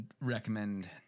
recommend